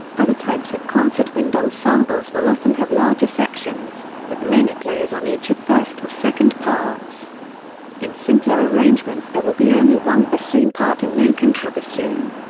other types of concert wind ensembles will often have larger sections, with many players on each of first or second parts in simpler arrangements there will be only one bassoon part and no contrabassoon.